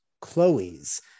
Chloe's